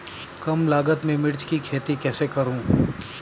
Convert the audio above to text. कम लागत में मिर्च की खेती कैसे करूँ?